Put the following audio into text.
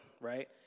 right